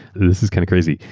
this is kind of crazy.